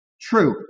True